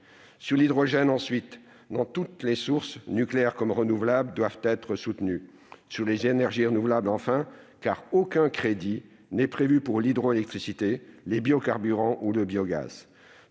sur l'hydrogène, dont toutes les sources nucléaires comme renouvelables doivent être soutenues, et sur les énergies renouvelables, car aucun crédit n'est prévu pour l'hydroélectricité, les biocarburants ou le biogaz.